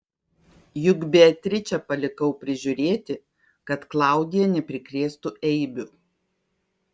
juk beatričę palikau prižiūrėti kad klaudija neprikrėstų eibių